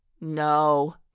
no